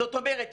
זאת אומרת,